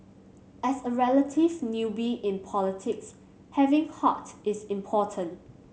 as a relative newbie in politics having heart is important